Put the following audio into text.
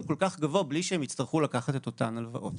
כל כך גבוה בלי שהם יצטרכו לקחת את אותן הלוואות.